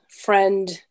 friend